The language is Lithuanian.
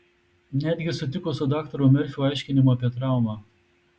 netgi sutiko su daktaro merfio aiškinimu apie traumą